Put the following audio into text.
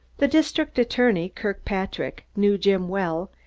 the district attorney, kirkpatrick, knew jim well,